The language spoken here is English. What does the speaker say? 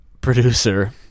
producer